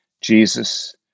jesus